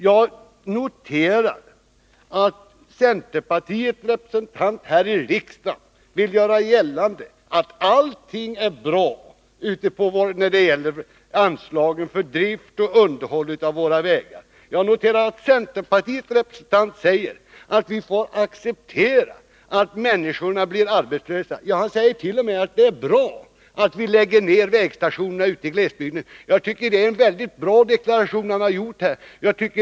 Jag noterar att centerpartiets representant här i riksdagen vill göra gällande att allting är bra när det gäller anslagen för drift och underhåll av våra vägar. Centerpartiets representant säger att vi får acceptera att människorna blir arbetslösa. Han sägert.o.m. att det är bra att vi lägger ner vägstationer ute i glesbygden. Jag tycker det är en väldigt bra deklaration han har gjort här.